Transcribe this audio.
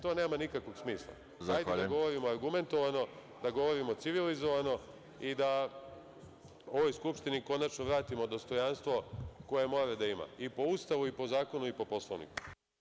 To nema nikakvog smisla. (Predsedavajući: Zahvaljujem.) Hajde da govorimo argumentovano, da govorimo civilizovano i da ovoj Skupštini konačno vratimo dostojanstvo koje mora da ima, i po Ustavu i po zakonu i po Poslovniku.